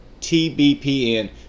TBPN